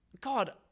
God